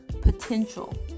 potential